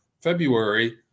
February